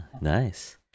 Nice